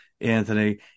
Anthony